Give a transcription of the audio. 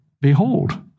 behold